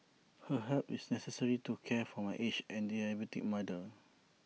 her help is necessary to care for my aged and diabetic mother